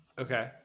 Okay